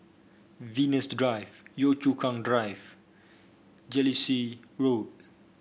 Venus Drive Yio Chu Kang Drive Jellicoe Road